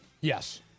Yes